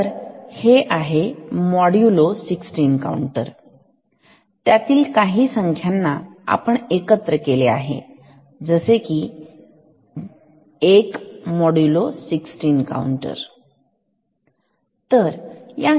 तर हे आहे मॉड्यूलो 16 काऊंटर त्यातील काही संख्यांना आपण एकत्र केले आहे जसे की 1 मॉड्यूलो 16 काऊंटर ठीक